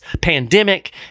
pandemic